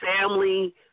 family